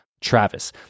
Travis